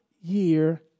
year